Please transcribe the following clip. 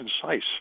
concise